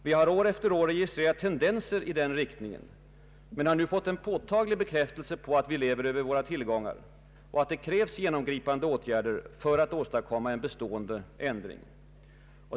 Vi har år efter år registrerat tendenser i den riktningen men har nu fått en påtaglig bekräftelse på att vi lever över våra tillgångar och att det krävs genomgripande åtgärder för att åstadkomma en bestående ändring.